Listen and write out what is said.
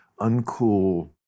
uncool